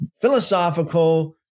philosophical